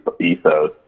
ethos